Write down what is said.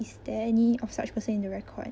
is there any of such person in the record